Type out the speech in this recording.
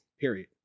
period